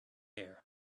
air